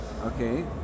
Okay